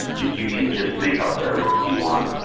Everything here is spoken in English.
you you can just make up whatever you want,